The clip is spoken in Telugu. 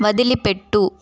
వదిలిపెట్టు